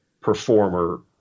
performer